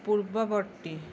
পূৰ্ৱবৰ্তী